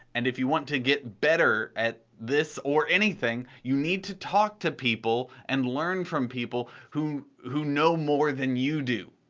and if you want to get better at this or anything, you need to talk to people and learn from people who who know more than you do.